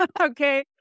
Okay